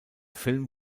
film